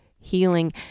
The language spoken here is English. healing